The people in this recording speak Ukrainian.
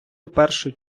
вперше